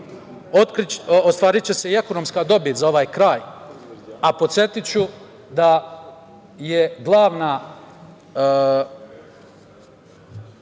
ostvariće se i ekonomska dobit za ovaj kraj, a podsetiću da je glavna